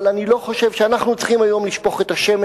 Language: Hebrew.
אבל אני לא חושב שאנחנו צריכים היום לשפוך את השמן